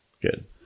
Good